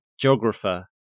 geographer